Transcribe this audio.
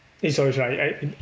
eh sorry sorry I